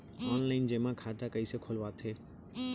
Online जेमा खाता कइसे खोलवाथे?